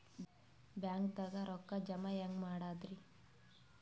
ಬ್ಯಾಂಕ್ದಾಗ ರೊಕ್ಕ ಜಮ ಹೆಂಗ್ ಮಾಡದ್ರಿ?